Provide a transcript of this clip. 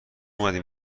اومدی